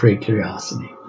curiosity